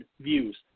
views